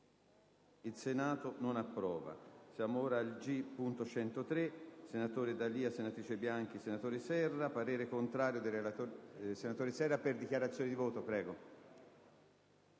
**Il Senato non approva.**